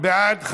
בעד,